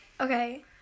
Okay